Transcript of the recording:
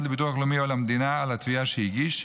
לביטוח לאומי או למדינה על התביעה שהגיש,